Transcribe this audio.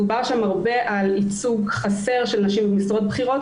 דובר שם הרבה על ייצוג חסר של נשים במשרות בכירות,